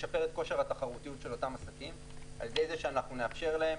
לשפר את כושר התחרותיות של אותם עסקים על-ידי זה שנאפשר להם